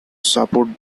support